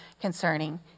concerning